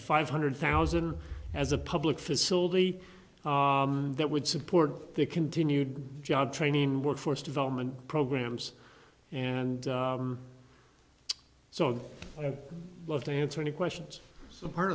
five hundred thousand as a public facility that would support the continued job training workforce development programs and so i'd love to answer any questions so part